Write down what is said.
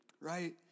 right